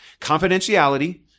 confidentiality